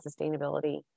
sustainability